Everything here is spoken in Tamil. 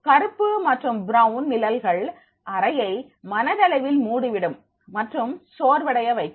கருப்பு மற்றும் பிரவுன் நிழல்கள் அறையை மனதளவில் மூடிவிடும் மற்றும் சோர்வடைய வைக்கும்